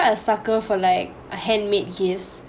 a sucker for like handmade gifts